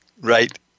Right